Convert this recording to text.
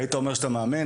היית אומר שאתה מאמן,